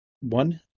one